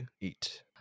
eat